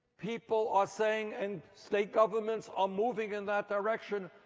people are say ing and state governments are moveing in that direction.